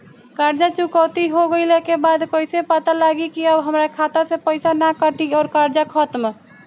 कर्जा चुकौती हो गइला के बाद कइसे पता लागी की अब हमरा खाता से पईसा ना कटी और कर्जा खत्म?